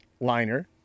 liner